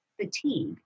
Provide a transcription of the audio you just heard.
fatigue